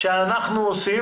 שאתם עושים